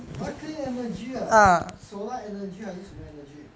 ah clean energy ah solar energy 还是什么 energy